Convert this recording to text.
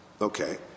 okay